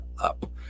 up